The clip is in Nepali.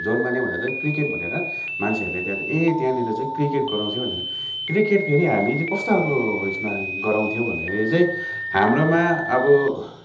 जोरमाने भन्दा चाहिँ क्रिकेट भनेर मान्छेहरूले त्यहाँ ए त्यहाँनिर चाहिँ क्रिकेट गराउँथ्यो भनेर क्रिकेट फेरि हामी कस्तो खालको उयसमा गराउँथ्यो भन्दाखेरि चाहिँ हाम्रोमा अब